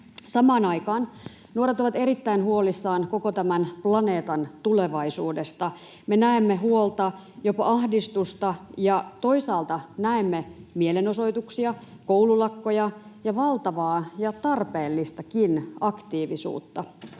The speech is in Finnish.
Samaan aikaan nuoret ovat erittäin huolissaan koko tämän planeetan tulevaisuudesta. Me näemme huolta, jopa ahdistusta ja toisaalta näemme mielenosoituksia, koululakkoja ja valtavaa ja tarpeellistakin aktiivisuutta.